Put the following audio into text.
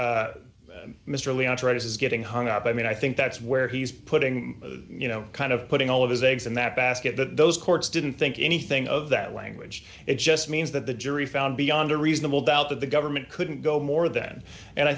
is getting hung up i mean i think that's where he's putting you know kind of putting all of his eggs in that basket that those courts didn't think anything of that language it just means that the jury found beyond a reasonable doubt that the government couldn't go more than and i